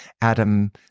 Adam